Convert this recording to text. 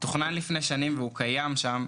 והיא קיימת שם.